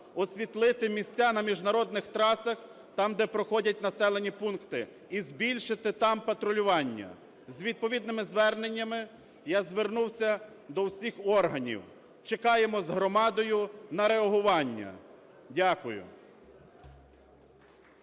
освітлити місця на міжнародних трасах, там, де проходять населені пункти, і збільшити там патрулювання. З відповідними зверненнями я звернувся до всіх органів. Чекаємо з громадою на реагування. Дякую.